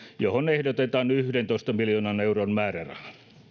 johon ehdotetaan yhdentoista miljoonan euron määrärahaa